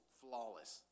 flawless